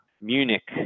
Munich